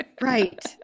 right